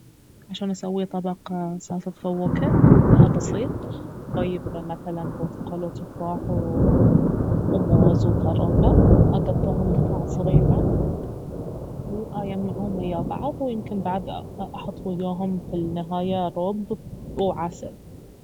عشان اسوي طبق سلطة فواكه بسيط باييب مثلا برتقال وتفاح وموز وفراولة اقطعهم قطع صغيرة وايمعهم ويا بعض ويمكن بعد احط وياهم في النهاية روب وعسل